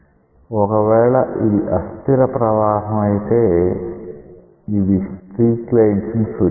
ఒకవేళ ఇది అస్థిర ప్రవాహం అయితే ఇవి స్ట్రీక్ లైన్స్ ని సూచిస్తాయి